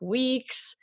weeks